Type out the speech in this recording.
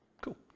Cool